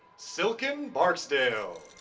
silken bartsdale.